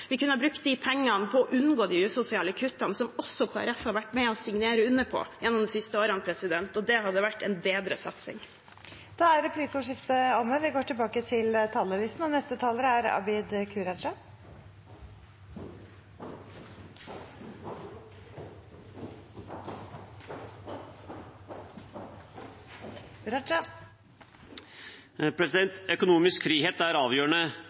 Vi kunne ha brukt de pengene på å unngå de usosiale kuttene som også Kristelig Folkeparti har vært med på å signere på gjennom de siste årene, og det hadde vært en bedre satsing. Replikkordskiftet er omme. Økonomisk frihet er avgjørende for å la folk leve et selvvalgt liv, for å kunne leve et liv i reell frihet